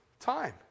time